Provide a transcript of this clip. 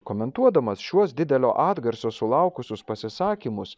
komentuodamas šiuos didelio atgarsio sulaukusius pasisakymus